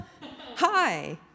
hi